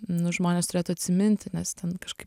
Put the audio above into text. nu žmonės turėtų atsiminti nes ten kažkaip